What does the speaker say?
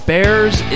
Bears